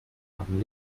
haben